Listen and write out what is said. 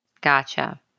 Gotcha